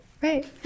Right